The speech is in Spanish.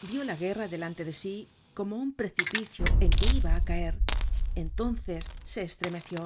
vió la guerra delante de sí como un precipicio en que iba á caer entonces se estremeció